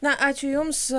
na ačiū jums